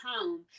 home